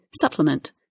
supplement